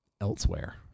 elsewhere